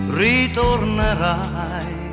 ritornerai